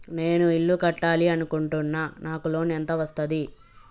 నేను ఇల్లు కట్టాలి అనుకుంటున్నా? నాకు లోన్ ఎంత వస్తది?